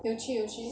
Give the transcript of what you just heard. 有趣有趣